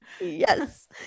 Yes